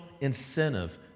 incentive